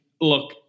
look